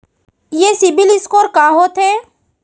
ये CIBIL score का होथे?